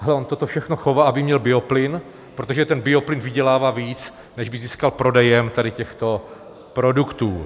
On toto všechno chová, aby měl bioplyn, protože ten bioplyn vydělává víc, než by získal prodejem těchto produktů.